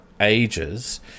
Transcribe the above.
ages